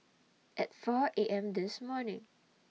At four A M This morning